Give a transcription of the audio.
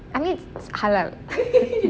I mean it's halal